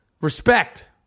Respect